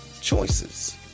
choices